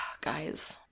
Guys